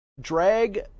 drag